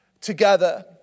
together